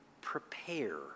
prepare